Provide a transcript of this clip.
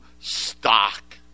stock